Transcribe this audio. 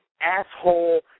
asshole